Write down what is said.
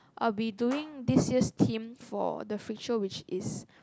I will be doing this year theme for the freed show which is